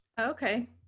Okay